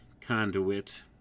conduit